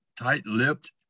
tight-lipped